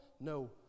No